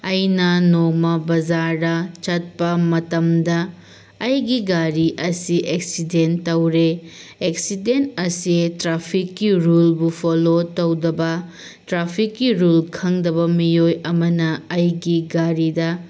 ꯑꯩꯅ ꯅꯣꯡꯃ ꯕꯖꯥꯔꯗ ꯆꯠꯄ ꯃꯇꯝꯗ ꯑꯩꯒꯤ ꯒꯥꯔꯤ ꯑꯁꯤ ꯑꯦꯛꯁꯤꯗꯦꯟ ꯇꯧꯔꯦ ꯑꯦꯛꯁꯤꯗꯦꯟ ꯑꯁꯦ ꯇ꯭ꯔꯥꯐꯤꯛꯀꯤ ꯔꯨꯜꯕꯨ ꯐꯣꯜꯂꯣ ꯇꯧꯗꯕ ꯇ꯭ꯔꯥꯐꯤꯛꯀꯤ ꯔꯨꯜ ꯈꯪꯗꯕ ꯃꯤꯑꯣꯏ ꯑꯃꯅ ꯑꯩꯒꯤ ꯒꯥꯔꯤꯗ